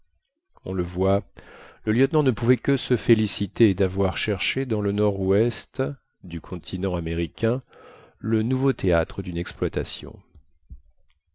on le voit le lieutenant ne pouvait que se féliciter d'avoir cherché dans le nord-ouest du continent américain le nouveau théâtre d'une exploitation